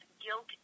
guilt